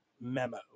memo